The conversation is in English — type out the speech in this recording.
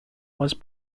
was